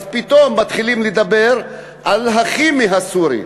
אז פתאום מתחילים לדבר על הכימי הסורי,